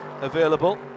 available